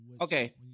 Okay